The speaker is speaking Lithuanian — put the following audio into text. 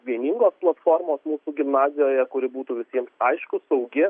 vieningos platformos mūsų gimnazijoje kuri būtų visiems aiški saugi